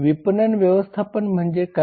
विपणन व्यवस्थापन म्हणजे काय